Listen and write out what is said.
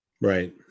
right